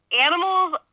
animals